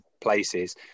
places